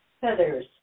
Feathers